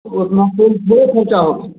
तो उतना तेल थोड़ी ख़र्च होगा